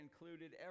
included